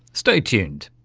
stay tuned.